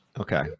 okay